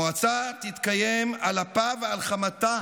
המועצה תתקיים על אפה ועל חמתה